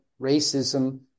racism